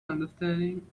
understanding